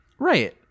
Right